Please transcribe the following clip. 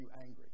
angry